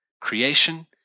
creation